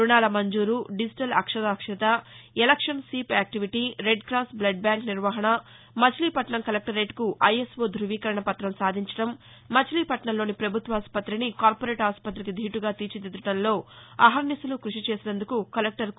రుణాల మంజూరు డిజిటల్ అక్షరాస్యత election SVEEP activity red cross blood bank నిర్వహణ మచిలీపట్నం కలెక్లరేట్కు ఐఎస్ఓ ధ్భవీకరణ పత్రం సాధించటం మచిలీపట్నంలోని ప్రభుత్వాసుపత్రిని కార్పోరేట్ ఆస్పతికి దీటుగా తీర్చిదిద్దటంలో అహర్నిశలు కృషి చేసినందుకు కలెక్టర్ బి